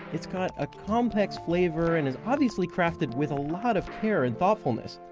it's got a complex flavor and it's obviously crafted with a lot of care and thoughtfulness,